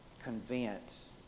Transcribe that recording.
convince